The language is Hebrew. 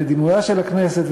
ואת דימויה של הכנסת,